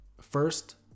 first